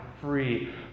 free